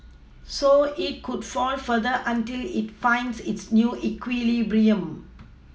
so it could fall further until it finds its new equilibrium